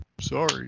sorry